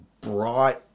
bright